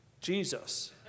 Jesus